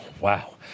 Wow